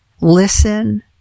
listen